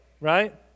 right